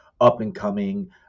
up-and-coming